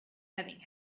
having